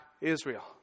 Israel